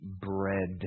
bread